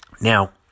Now